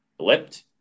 blipped